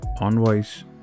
Envoy's